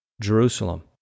Jerusalem